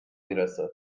میرسه